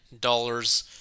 dollars